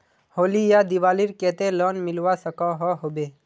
होली या दिवालीर केते लोन मिलवा सकोहो होबे?